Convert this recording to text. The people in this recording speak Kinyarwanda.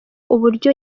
uburyo